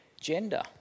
gender